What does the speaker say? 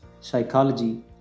psychology